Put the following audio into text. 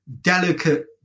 delicate